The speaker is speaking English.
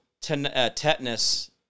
tetanus